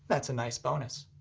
that's a nice bonus.